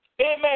Amen